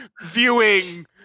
viewing